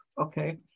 okay